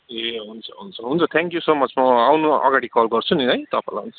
ए हुन्छ हुन्छ हुन्छ थ्याङ्क्यु सो मच म आउनु अगाडि कल गर्छु नि है तपाईँलाई